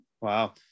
Wow